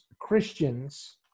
Christians